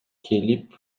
келип